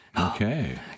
Okay